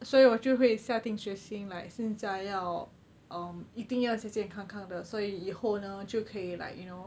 所以我就会下定决心 like 现在要 um 一定要健健康康的所以以后呢就可以 like you know